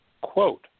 quote